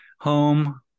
home